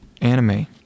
anime